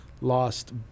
lost